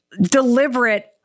deliberate